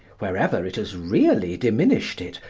wherever it has really diminished it,